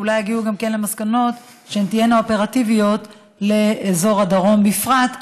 אולי יגיעו גם למסקנות שתהיינה אופרטיביות לאזור הדרום בפרט,